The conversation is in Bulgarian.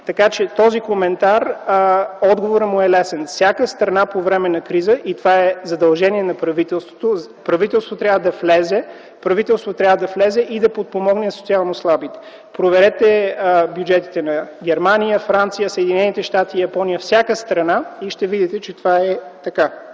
на този коментар е лесен – във всяка страна по време на криза, и това е задължение на правителството, правителството трябва да влезе и подпомогне социално слабите. Проверете бюджетите на Германия, Франция, Съединените щати, Япония – във всяка една от тях ще видите, че това е така.